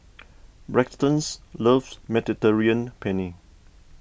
Braxton's loves Mediterranean Penne